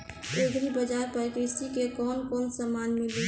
Agri बाजार पर कृषि के कवन कवन समान मिली?